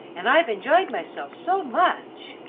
and i've enjoyed myself so much!